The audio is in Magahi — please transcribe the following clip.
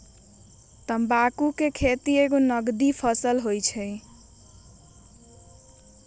तमाकुल कें खेति एगो नगदी फसल हइ